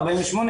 48,